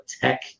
tech